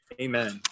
Amen